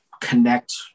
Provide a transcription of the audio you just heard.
connect